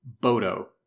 Bodo